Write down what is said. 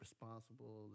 responsible